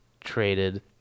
traded